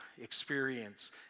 experience